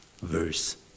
verse